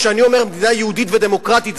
כשאני אומר "מדינה יהודית ודמוקרטית",